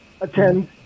attend